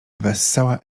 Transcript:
wessała